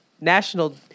national